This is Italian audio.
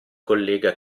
collega